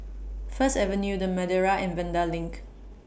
First Avenue The Madeira and Vanda LINK